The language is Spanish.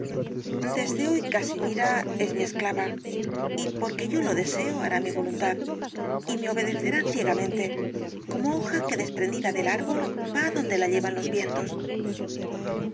desde hoy casimira es mi esclava y porque yo lo deseo hará mi voluntad y me obedecerá ciegamente como hoja que desprendida del árbol va adonde la llevan los vientos